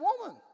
woman